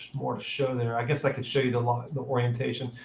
more to show there. i guess i could show you the like the orientation.